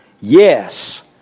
Yes